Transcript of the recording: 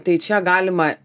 tai čia galima